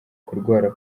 kurwara